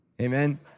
amen